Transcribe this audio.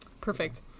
perfect